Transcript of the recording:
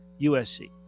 USC